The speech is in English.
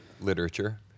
literature